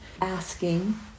asking